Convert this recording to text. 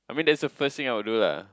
I mean that's the first time I would do lah